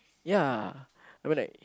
ya really